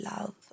love